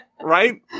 Right